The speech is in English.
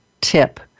tip